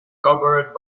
covered